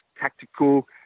tactical